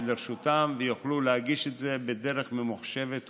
לרשותם ויוכלו להגיש את זה בדרך ממוחשבת ומהירה,